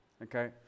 okay